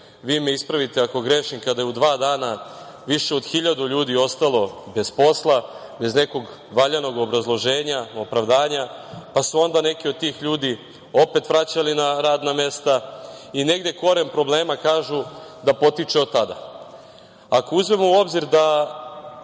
vi me ispravite ako grešim, kada je u dva dana više od 1.000 ljudi ostalo bez posla bez nekog valjanog obrazloženja, opravdanja, pa su onda neke od tih ljudi opet vraćali na radna mesta i negde koren problema, kažu, da potiče od tada. Ako uzmemo u obzir da